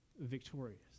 victorious